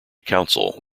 council